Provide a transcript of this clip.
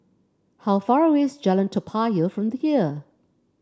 how far away is Jalan Toa Payoh from here